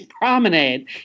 Promenade